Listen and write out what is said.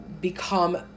become